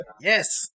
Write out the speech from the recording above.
Yes